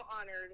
honored